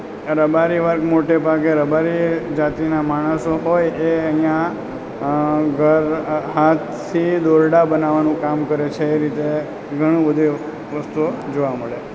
રબારી વર્ગ મોટે ભાગે રબારી જાતિના માણસો હોય એ અહીં ઘરે હાથથી દોરડાં બનાવાનું કામ કરે છે એ રીતે ઘણુંબધું એ વસ્તુઓ જોવા મળે